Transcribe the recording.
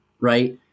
right